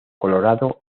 colorado